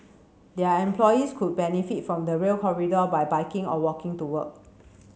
their employees could benefit from the Rail Corridor by biking or walking to work